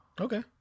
Okay